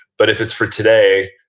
but if it's for today,